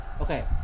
Okay